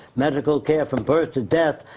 medical care from birth to death.